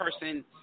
person